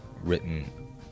written